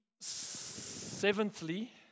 seventhly